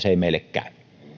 ei meille käy